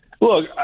Look